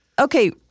okay